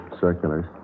circulars